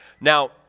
Now